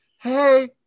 hey